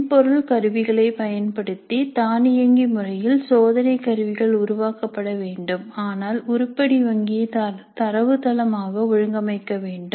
மென்பொருள் கருவிகளை பயன்படுத்தி தானியங்கி முறையில் சோதனை கருவிகள் உருவாக்கப்பட வேண்டும் ஆனால் உருப்படி வங்கியை தரவுத்தளம் ஆக ஒழுங்கமைக்க வேண்டும்